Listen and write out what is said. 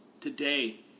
today